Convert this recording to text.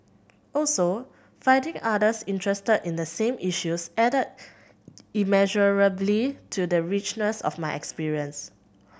also finding others interested in the same issues added immeasurably to the richness of my experience